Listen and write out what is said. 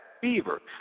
fever